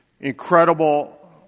incredible